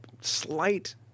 slight